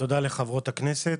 ותודה לחברות הכנסת.